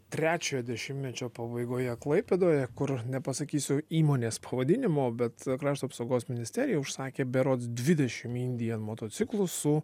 trečiojo dešimtmečio pabaigoje klaipėdoje kur nepasakysiu įmonės pavadinimo bet krašto apsaugos ministerija užsakė berods dvidešim indian motociklų su